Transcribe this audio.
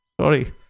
Sorry